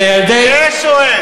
לילדי, יש או אין?